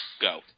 Go